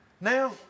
Now